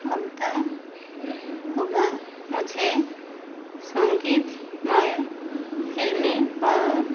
अध्य होगा मुझे संगीतमय फ़िल्में और